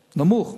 נמוך.